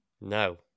No